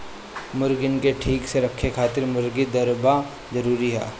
मुर्गीन के ठीक से रखे खातिर मुर्गी दरबा जरूरी हअ